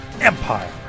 EMPIRE